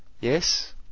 yes